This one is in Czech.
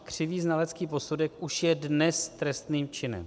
Křivý znalecký posudek už je dnes trestným činem.